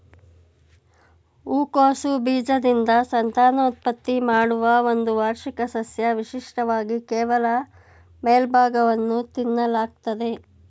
ಹೂಕೋಸು ಬೀಜದಿಂದ ಸಂತಾನೋತ್ಪತ್ತಿ ಮಾಡುವ ಒಂದು ವಾರ್ಷಿಕ ಸಸ್ಯ ವಿಶಿಷ್ಟವಾಗಿ ಕೇವಲ ಮೇಲ್ಭಾಗವನ್ನು ತಿನ್ನಲಾಗ್ತದೆ